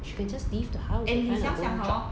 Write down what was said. she can just leave the house and get her own job